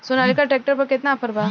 Sonalika tractor पर केतना offer बा?